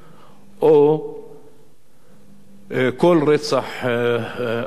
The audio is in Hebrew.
או כל רצח אחר,